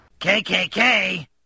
KKK